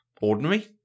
ordinary